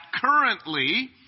currently